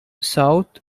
south